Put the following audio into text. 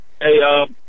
Hey